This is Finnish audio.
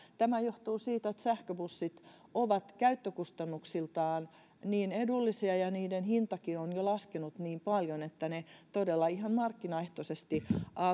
tämä johtuu siitä että sähköbussit ovat käyttökustannuksiltaan niin edullisia ja niiden hintakin on jo laskenut niin paljon että ne todella ihan markkinaehtoisesti